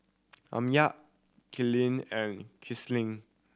Amya Coleen and Kinsley